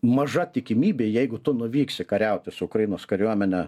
maža tikimybė jeigu tu nuvyksi kariauti su ukrainos kariuomene